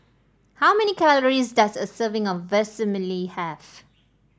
how many calories does a serving of Vermicelli have